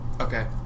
Okay